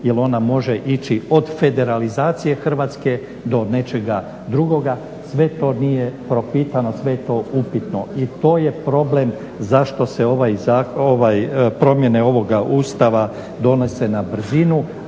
jer ona može ići od federalizacije Hrvatske do nečega drugoga. Sve to nije propitano, sve je to upitno i to je problem zašto se promjene ovoga Ustava donose na brzinu,